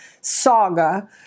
saga